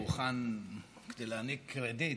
כדי להעניק קרדיט,